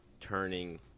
turning –